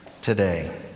today